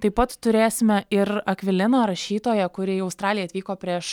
taip pat turėsime ir akviliną rašytoją kuri į australiją atvyko prieš